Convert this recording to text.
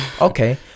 Okay